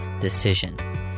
decision